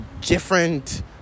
different